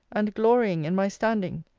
and glorying in my standing.